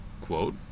quote